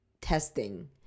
testing